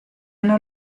hanno